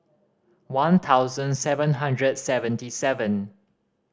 one thousand seven hundred seventy seven